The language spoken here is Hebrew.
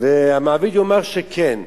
והמעביד יאמר שכן.